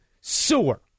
Sewer